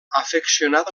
afeccionat